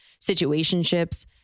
situationships